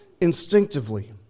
instinctively